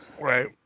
Right